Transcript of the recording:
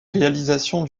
réalisation